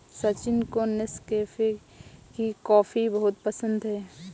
सचिन को नेस्कैफे की कॉफी बहुत पसंद है